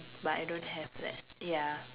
but I don't have that ya